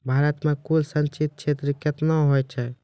भारत मे कुल संचित क्षेत्र कितने हैं?